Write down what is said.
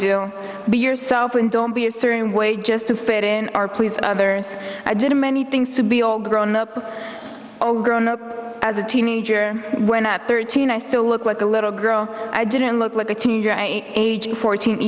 do be yourself and don't be a certain way just to fit in are please others i didn't many things to be all grown up all grown up as a teenager when at thirteen i still look like a little girl i didn't look like a teenager at age fourteen